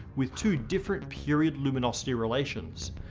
with two different period-luminosity relations.